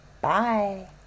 Bye